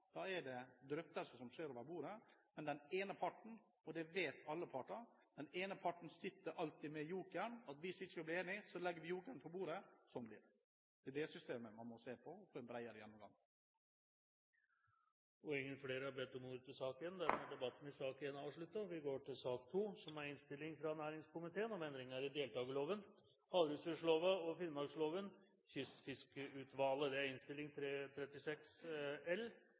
som skjer over bordet, men den ene parten – og det vet alle parter – sitter alltid med jokeren: Hvis vi ikke blir enige, legger vi jokeren på bordet – sånn blir det! Det er det systemet man må se på og få en bredere gjennomgang av. Flere har ikke bedt om ordet til sak nr. 1. Etter ønske fra næringskomiteen vil presidenten foreslå at taletiden begrenses til 40 minutter og fordeles med inntil 5 minutter til hvert parti og inntil 5 minutter til medlem av regjeringen. Videre vil presidenten foreslå at det gis anledning til replikkordskifte på inntil tre